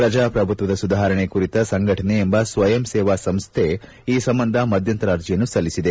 ಪ್ರಜಾಪ್ರಭುತ್ವದ ಸುಧಾರಣೆ ಕುರಿತ ಸಂಘಟನೆ ಎಂಬ ಸ್ವಯಂ ಸೇವಾ ಸಂಸ್ಥೆ ಈ ಸಂಬಂಧ ಮಧ್ಯಂತರ ಅರ್ಜೆಯನ್ನು ಸಲ್ಲಿಸಿದೆ